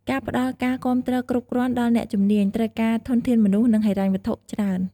ការផ្តល់ការគាំទ្រគ្រប់គ្រាន់ដល់អ្នកជំនាញ ត្រូវការធនធានមនុស្ស និងហិរញ្ញវត្ថុច្រើន។